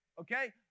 okay